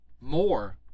more